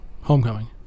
Homecoming